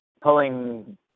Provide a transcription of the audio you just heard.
pulling